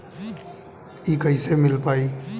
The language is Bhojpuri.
इ कईसे मिल पाई?